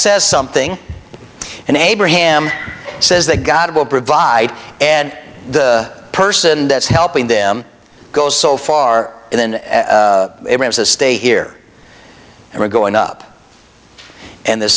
says something and abraham says that god will provide and the person that's helping them goes so far in the stay here and we're going up and th